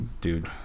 dude